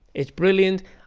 it's brilliant.